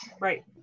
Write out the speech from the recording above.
Right